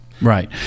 right